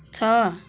ଛଅ